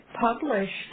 published